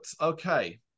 Okay